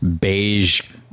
beige